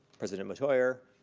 president metoyer,